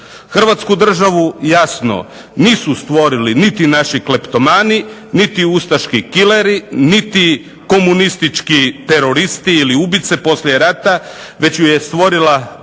Hrvatsku državu jasno nisu stvorili niti naši kleptomani, niti ustaški kileri, niti komunistički teroristi ili ubice poslije rata, već ju je stvorila